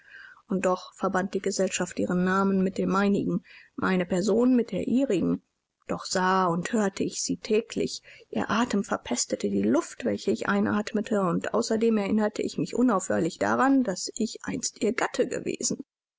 und doch verband die gesellschaft ihren namen mit dem meinigen meine person mit der ihren doch sah und hörte ich sie täglich ihr atem verpestete die luft welche ich einatmete und außerdem erinnerte ich mich unaufhörlich daran daß ich einst ihr gatte gewesen